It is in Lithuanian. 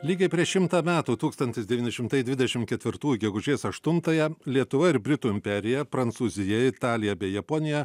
lygiai prieš šimtą metų tūkstantis devyni šimtai dvidešim ketvirtųjų gegužės aštuntąją lietuva ir britų imperija prancūzija italija bei japonija